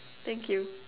thank you